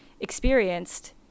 experienced